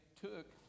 took